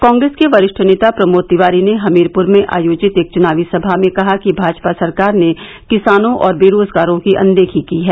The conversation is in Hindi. कांग्रेस के वरिष्ठ नेता प्रमोद तिवारी ने हमीरपुर में आयोजित एक चुनावी सभा में कहा कि भाजपा सरकार ने किसानों और बेरोजगारों की अनदेखी की है